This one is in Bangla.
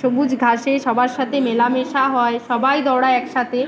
সবুজ ঘাসে সবার সাথে মেলামেশা হয় সবাই দৌড়ায় একসাথে